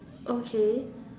okay